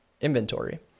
inventory